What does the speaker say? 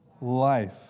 life